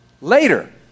later